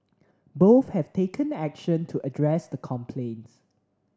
both have taken action to address the complaints